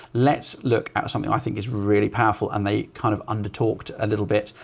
let's look at something i think is really powerful. and they kind of under talked a little bit,